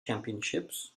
championships